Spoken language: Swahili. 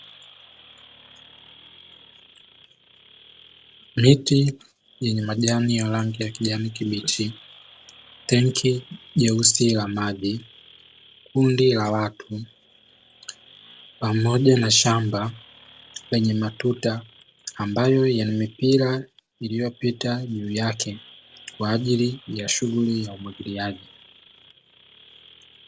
Miti yenye majani ya rangi ya kijani kibichi, tenki jeusi la maji, kundi la watu pamoja na shamba lenye matuta ambayo yana mipira iliyopita juu yake kwa ajili ya shughuli ya umwagiliaji.